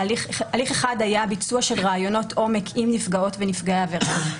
הליך אחד היה ביצוע של ראיונות עומק עם נפגעות ונפגעי עבירה.